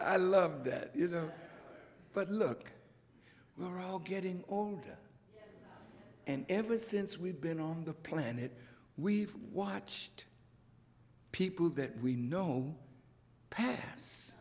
i love that but look we're all getting older and ever since we've been on the planet we've watched people that we know pass